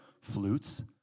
flutes